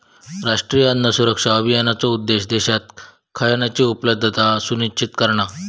राष्ट्रीय अन्न सुरक्षा अभियानाचो उद्देश्य देशात खयानची उपलब्धता सुनिश्चित करणा